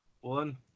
One